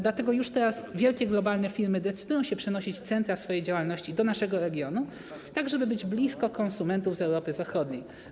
Dlatego już teraz wielkie globalne firmy decydują się na przeniesienie centrów swojej działalności do naszego regionu, żeby być blisko konsumentów z Europy Zachodniej.